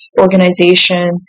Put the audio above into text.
organization